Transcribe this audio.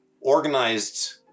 organized